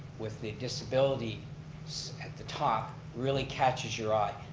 with the disability at the top, really catches your eye,